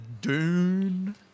Dune